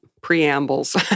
preambles